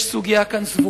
יש כאן סוגיה סבוכה,